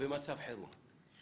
כבמצב חירום.